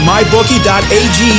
MyBookie.ag